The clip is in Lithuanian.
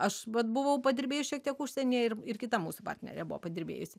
aš vat buvau padirbėjus šiek tiek užsienyje ir ir kita mūsų partnerė buvo padirbėjusi